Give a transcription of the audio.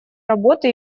работы